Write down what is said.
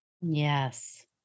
yes